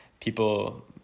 people